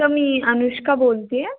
सं मी अनुष्का बोलते आहे